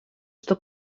что